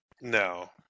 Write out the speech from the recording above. No